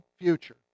future